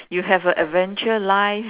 you have a adventure life